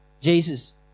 Jesus